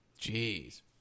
Jeez